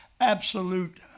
absolute